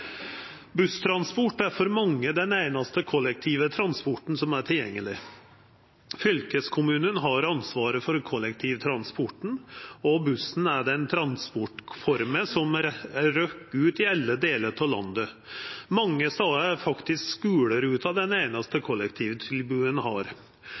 Busstransport er for mange den einaste kollektive transporten som er tilgjengeleg. Fylkeskommunane har ansvaret for kollektivtransporten, og bussen er den transportforma som rekk ut til alle delar av landet. Mange stader er faktisk skuleruta det einaste kollektivtilbodet ein har.